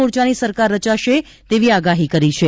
મોરચાની સરકાર રચાશે તેવી આગાહી કરી છે